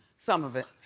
some of it.